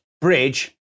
Bridge